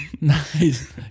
Nice